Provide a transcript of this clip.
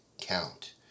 count